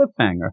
cliffhanger